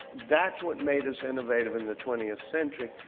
that's what made us innovative in the twentieth century.